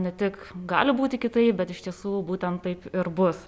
ne tik gali būti kitaip bet iš tiesų būtent taip ir bus